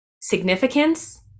significance